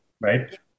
right